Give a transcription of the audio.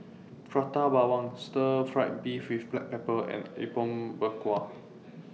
Prata Bawang Stir Fried Beef with Black Pepper and Apom Berkuah